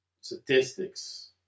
Statistics